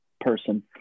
person